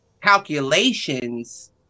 calculations